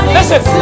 Listen